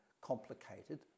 complicated